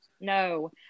No